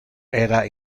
era